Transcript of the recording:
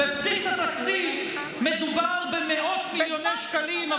בבסיס התקציב מדובר במאות מיליוני שקלים,